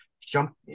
jump